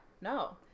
No